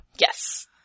Yes